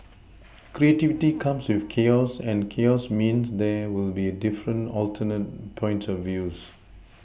creativity comes with chaos and chaos means there will be different alternate points of views